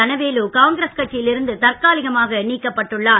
தனவேலு காங்கிரஸ் கட்சியில் இருந்து தற்காலிகமாக நீக்கப்பட்டுள்ளார்